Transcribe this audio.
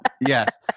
Yes